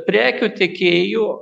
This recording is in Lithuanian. prekių tiekėjų